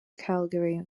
calgary